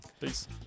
Peace